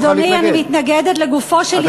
אדוני, אני מתנגדת לגופו של עניין.